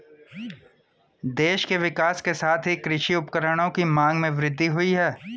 देश के विकास के साथ ही कृषि उपकरणों की मांग में वृद्धि हुयी है